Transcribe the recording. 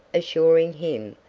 assuring him,